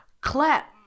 clap